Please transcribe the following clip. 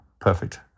Perfect